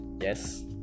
yes